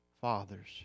fathers